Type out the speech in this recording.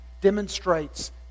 demonstrates